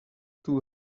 too